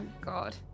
god